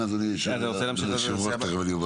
אתה רוצה להמשיך לנושא הבא?